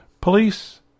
Police